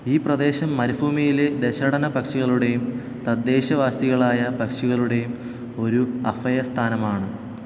ഈ പ്രദേശം മരുഭൂമിയിലെ ദേശാടനപ്പക്ഷികളുടെയും തദ്ദേശവാസികളായ പക്ഷികളുടെയും ഒരു അഭയസ്ഥാനമാണ്